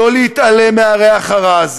לא להתעלם מהריח הרע הזה,